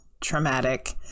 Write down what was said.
traumatic